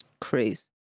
Crazy